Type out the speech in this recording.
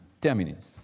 terminus